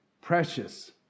precious